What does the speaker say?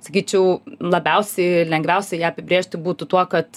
sakyčiau labiausiai lengviausia ją apibrėžti būtų tuo kad